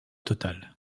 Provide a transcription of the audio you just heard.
total